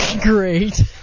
Great